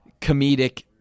comedic